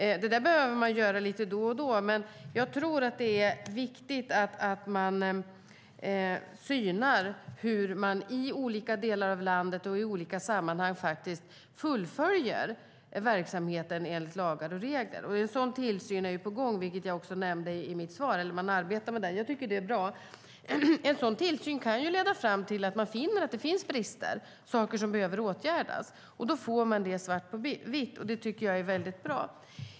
Det där behöver man göra lite då och då, men jag tror att det är viktigt att man synar hur de i olika delar av landet och i olika sammanhang fullföljer verksamheten enligt lagar och regler. Man arbetar nu med en sådan tillsyn, vilket jag nämnde i mitt svar. Jag tycker att det är bra. En sådan tillsyn kan leda fram till att man finner att det finns brister, saker som behöver åtgärdas, och då får man det svart på vitt. Jag tycker att det är väldigt bra.